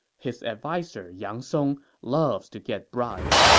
his adviser yang song loves to get bribes.